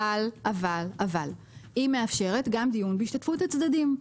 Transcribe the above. אבל היא מאפשר גם דיון בהשתתפות הצדדים.